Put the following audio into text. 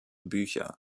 bücher